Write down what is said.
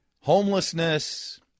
homelessness